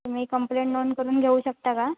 तुम्ही कंप्लेंट नोंद करून घेऊ शकता का